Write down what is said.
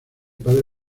padre